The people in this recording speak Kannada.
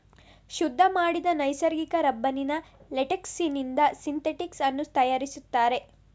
ಶುದ್ಧ ಮಾಡಿದ ನೈಸರ್ಗಿಕ ರಬ್ಬರಿನ ಲೇಟೆಕ್ಸಿನಿಂದ ಸಿಂಥೆಟಿಕ್ ಅನ್ನು ತಯಾರಿಸ್ತಾರೆ